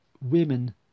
women